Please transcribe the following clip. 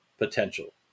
potential